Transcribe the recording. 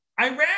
Iran